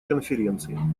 конференции